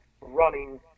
running